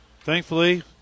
thankfully